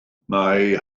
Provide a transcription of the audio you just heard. mae